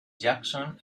jackson